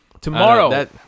tomorrow